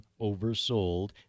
oversold